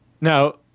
Now